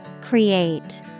Create